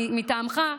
מטעמך,